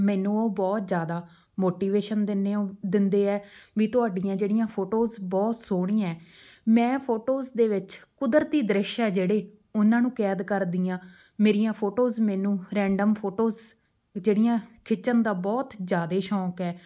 ਮੈਨੂੰ ਉਹ ਬਹੁਤ ਜ਼ਿਆਦਾ ਮੋਟੀਵੇਸ਼ਨ ਦਿੰਦੇ ਹੋ ਦਿੰਦੇ ਹੈ ਵੀ ਤੁਹਾਡੀਆਂ ਜਿਹੜੀਆਂ ਫੋਟੋਜ਼ ਬਹੁਤ ਸੋਹਣੀਆਂ ਮੈਂ ਫੋਟੋਜ਼ ਦੇ ਵਿੱਚ ਕੁਦਰਤੀ ਦ੍ਰਿਸ਼ ਹੈ ਜਿਹੜੇ ਉਹਨਾਂ ਨੂੰ ਕੈਦ ਕਰਦੀ ਹਾਂ ਮੇਰੀਆਂ ਫੋਟੋਜ਼ ਮੈਨੂੰ ਰੈਂਡਮ ਫੋਟੋਜ਼ ਜਿਹੜੀਆਂ ਖਿੱਚਣ ਦਾ ਬਹੁਤ ਜ਼ਿਆਦਾ ਸ਼ੌਕ ਹੈ